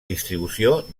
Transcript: distribució